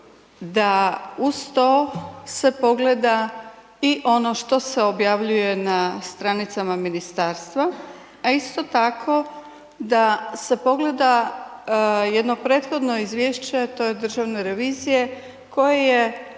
da uz to se pogleda i ono što se objavljuje na stranicama ministarstva, a isto tako da se pogleda jedno prethodno izvješće, a to je Državne revizije koje je